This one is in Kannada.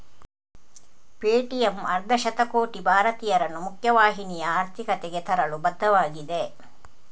ಪೇಟಿಎಮ್ ಅರ್ಧ ಶತಕೋಟಿ ಭಾರತೀಯರನ್ನು ಮುಖ್ಯ ವಾಹಿನಿಯ ಆರ್ಥಿಕತೆಗೆ ತರಲು ಬದ್ಧವಾಗಿದೆ